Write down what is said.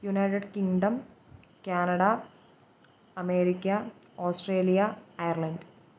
United Kingdom Canada America Australia island